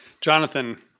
Jonathan